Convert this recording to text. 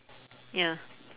ya